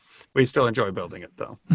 we still enjoy building it though.